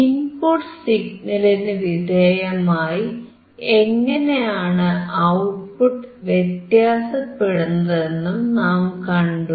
input സിഗ്നലിനു വിധേയമായി എങ്ങനെയാണ് ഔട്ട്പുട്ട് വ്യത്യാസപ്പെടുന്നതെന്നും നാം കണ്ടു